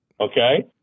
Okay